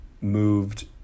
moved